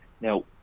now